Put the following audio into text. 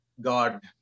God